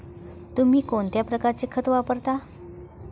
तुम्ही कोणत्या प्रकारचे खत वापरता?